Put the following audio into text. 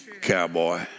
Cowboy